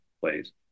plays